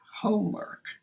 homework